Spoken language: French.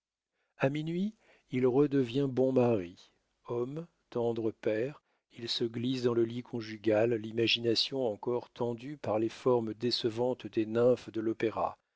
a minuit il redevient bon mari homme tendre père il se glisse dans le lit conjugal l'imagination encore tendue par les formes décevantes des nymphes de